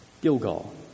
Gilgal